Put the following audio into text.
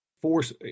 force